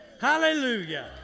Hallelujah